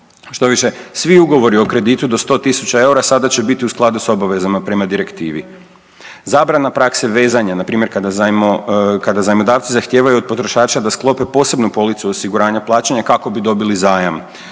Štoviše, svi ugovori o kreditu do 100.000 eura sada će biti u skladu s obavezama prema direktivi. Zabrana prakse vezanja npr. kada zajmodavci zahtijevaju od potrošača da sklope posebnu policu osiguranja plaćanja kako bi dobili zajam.